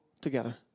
together